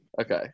okay